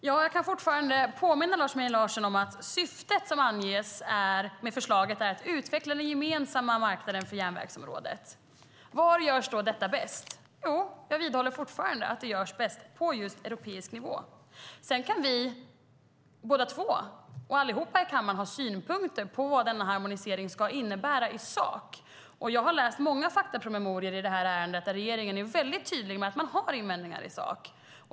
Herr talman! Jag kan påminna Lars Mejern Larsson om att syftet med förslaget som anges är att utveckla den gemensamma marknaden på järnvägsområdet. Var görs detta bäst? Jag vidhåller fortfarande att det görs bäst på just europeisk nivå. Sedan kan vi båda två och alla andra i kammaren ha synpunkter på vad denna harmonisering ska innebära i sak. Jag har läst många faktapromemorior i detta ärende där regeringen är mycket tydlig med att man har invändningar i sak.